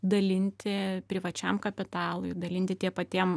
dalinti privačiam kapitalui dalinti tie patiem